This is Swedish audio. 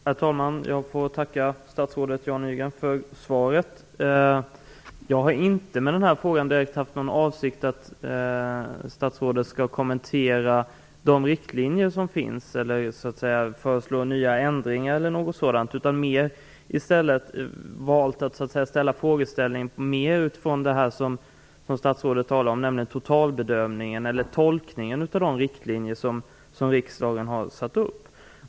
Herr talman! Jag får tacka statsrådet Jan Nygren för svaret. Min direkta avsikt med denna fråga har inte varit att statsrådet skall kommentera de riktlinjer som finns eller föreslå nya ändringar eller liknande, utan jag har valt att ställa frågan mer utifrån det som statsrådet talade om, nämligen totalbedömningen eller tolkningen av de riktlinjer som riksdagen har fastställt.